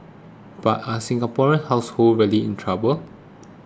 but are Singaporean households really in trouble